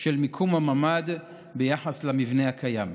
של מיקום הממ"ד ביחס למבנה הקיים,